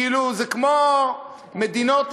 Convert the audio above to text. כאילו זה כמו מדינות,